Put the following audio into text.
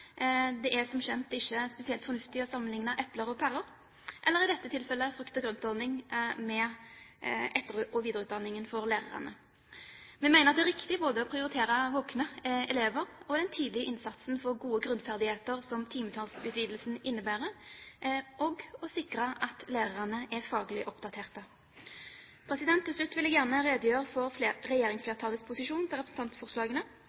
Det er som kjent ikke spesielt fornuftig å sammenligne epler og pærer, eller i dette tilfellet frukt-og-grønt-ordning med etter- og videreutdanning for lærerne. Vi mener det er riktig både å prioritere våkne elever og den tidlige innsatsen for gode grunnferdigheter som timetallsutvidelsen innebærer, og å sikre at lærerne er faglig oppdaterte. Til slutt vil jeg gjerne redegjøre for